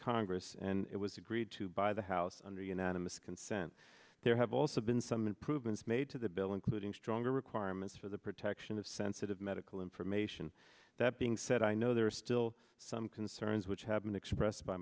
congress and it was agreed to by the house under unanimous consent there have also been some improvements made to the bill including stronger requirements for the protection of sensitive medical information that being said i know there are still some concerns which have been expressed by